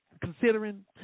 considering